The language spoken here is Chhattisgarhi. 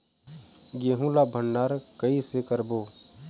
गेहूं ला भंडार कई से करबो?